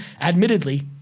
admittedly